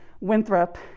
Winthrop